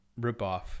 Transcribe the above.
ripoff